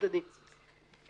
התקנה אושרה פה אחד.